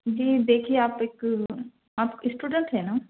جی دیکھیے آپ ایک آپ اسٹوڈنٹ ہیں نا